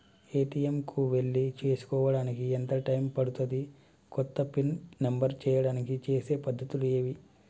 ATM కు వెళ్లి చేసుకోవడానికి ఎంత టైం పడుతది? కొత్తగా పిన్ నంబర్ చేయడానికి చేసే పద్ధతులు ఏవి?